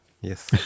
yes